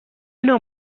نوع